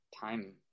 time